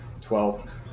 Twelve